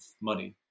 money